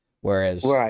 Whereas